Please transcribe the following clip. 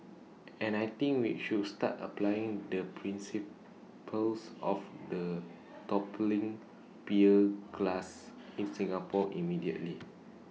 and I think we should start applying the principles of the toppling beer glass in Singapore immediately